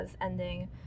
ending